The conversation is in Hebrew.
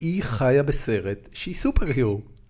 היא חיה בסרט, שהיא סופר הירו